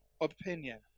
opinion